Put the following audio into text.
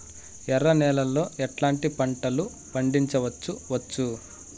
ఎర్ర నేలలో ఎట్లాంటి పంట లు పండించవచ్చు వచ్చు?